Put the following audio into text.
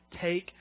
take